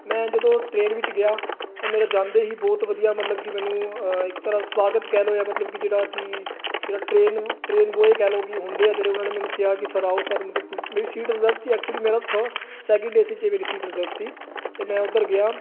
ਮੈਂ ਜਦੋਂ ਟ੍ਰੇਨ ਵਿੱਚ ਗਿਆ ਮੇਰਾ ਜਾਂਦੇ ਸੀ ਬਹੁਤ ਵਧੀਆ ਮੈਨੂੰ ਇੱਕ ਤਰਾਂ ਸਵਾਗਤ ਕਹਿ ਲੋ ਕਿ ਜਿਹੜਾ ਕਿ ਜਿਹੜਾ ਟ੍ਰੇਨ ਟ੍ਰੇਨਿੰਗ ਉਹ ਇਹ ਕਹਿ ਲਓ ਕਿ ਹੁੰਦੇ ਆ ਜਿਹੜੇ ਉਹਨਾਂ ਨੇ ਮੈਨੂੰ ਕਿਹਾ ਕਿ ਸਰ ਆਓ ਸਰ